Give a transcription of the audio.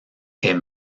est